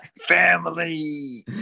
family